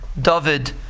David